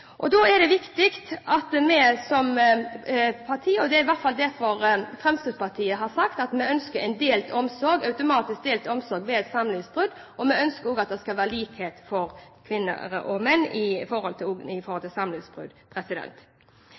ammer. Da er det mor som blir prioritert i forhold til far. Så den likestillingen som denne rød-grønne regjeringen snakker så varmt om, handler kun om lykkelige forhold. Det er derfor Fremskrittspartiet har sagt at vi ønsker automatisk delt omsorg ved samlivsbrudd. Vi ønsker at det skal være likhet for kvinner og menn ved samlivsbrudd. Fedres omsorgsdeltakelse i